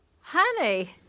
honey